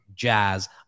jazz